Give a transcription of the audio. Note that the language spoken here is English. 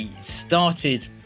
started